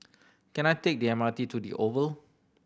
can I take the M R T to The Oval